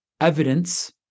evidence